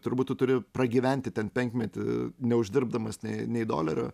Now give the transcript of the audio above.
turbūt tu turi pragyventi ten penkmetį neuždirbdamas nei nei dolerio